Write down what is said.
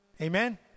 amen